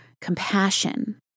compassion